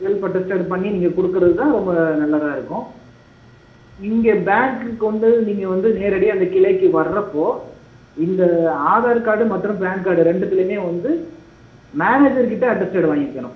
self attested பண்ணி நீங்கள் கொடுக்குறது தான் ரொம்ப நல்லதாக இருக்கும் இங்கே பேங்குக்கு வந்து நீங்கள் வந்து நேரடியாக அந்த கிளைக்கு வர்றப்போது இந்த ஆதார் கார்டு மற்றும் பான் கார்டு ரெண்டுத்துலையுமே வந்து மேனேஜர் கிட்ட அட்டஸ்டட் வாங்கிக்கணும்